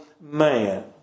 man